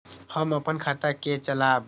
हम अपन खाता के चलाब?